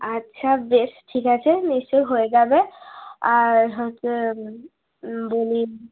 আচ্ছা বেশ ঠিক আছে নিশ্চয়ই হয়ে যাবে আর হচ্ছে বলি